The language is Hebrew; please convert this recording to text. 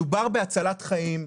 מדובר בהצלת חיים,